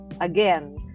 Again